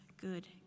good